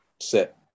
sit